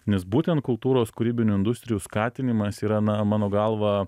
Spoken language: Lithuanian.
nes būtent kultūros kūrybinių industrijų skatinimas yra na mano galva